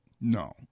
No